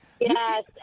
Yes